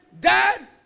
dad